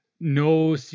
no